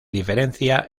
diferencia